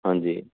ਹਾਂਜੀ